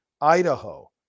Idaho